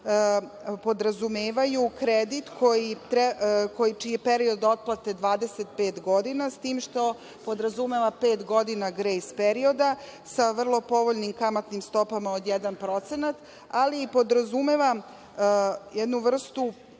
podrazumevaju kredit čiji je period otplate 25 godina, s tim što podrazumeva pet godina grejs perioda sa vrlo povoljnim kamatnim stopama od 1%, ali i podrazumeva jednu vrstu